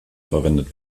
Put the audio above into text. verwendet